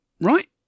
right